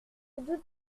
doute